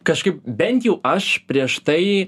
kažkaip bent jau aš prieš tai